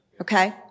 okay